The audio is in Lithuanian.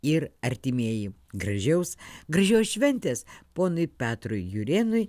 ir artimieji gražios gražios šventės ponui petrui jurėnui